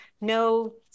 no